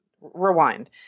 rewind